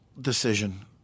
decision